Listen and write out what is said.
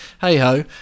hey-ho